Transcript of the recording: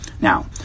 now